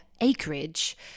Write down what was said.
acreage